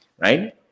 right